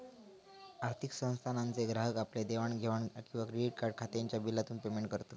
आर्थिक संस्थानांचे ग्राहक आपल्या घेवाण देवाण किंवा क्रेडीट कार्ड खात्याच्या बिलातून पेमेंट करत